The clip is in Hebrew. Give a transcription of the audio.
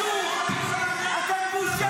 אין הבדל.